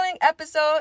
episode